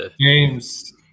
James